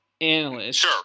analyst